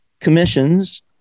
commissions